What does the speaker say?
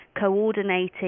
coordinating